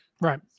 right